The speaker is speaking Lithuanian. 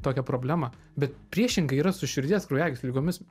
tokią problemą bet priešingai yra su širdies kraujagyslių ligomis